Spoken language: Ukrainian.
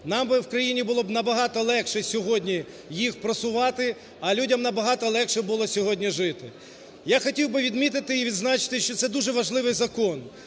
би в країні було б набагато легше сьогодні їх просувати, а людям набагато легше було сьогодні жити. Я хотів би відмітити і відзначити, що це дуже важливий закон.